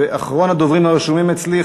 ואחרון הדוברים הרשומים אצלי,